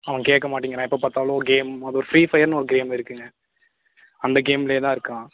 அவன் கேட்க மாட்டிங்கிறான் எப்போ பார்த்தாலும் கேம் அது ஒரு ஃப்ரீஃபயர்ன்னு ஒரு கேம் இருக்குங்க அந்த கேம்லேயே தான் இருக்கான்